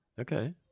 okay